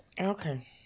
Okay